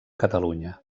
catalunya